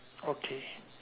okay